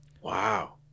Wow